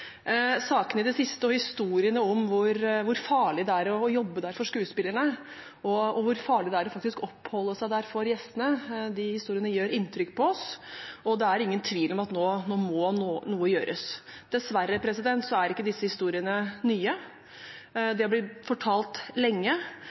Sakene i det siste og historiene om hvor farlig det er å jobbe der for skuespillerne, og hvor farlig det faktisk er å oppholde seg der for gjestene, gjør inntrykk på oss, og det er ingen tvil om at nå må noe gjøres. Dessverre er ikke disse historiene nye,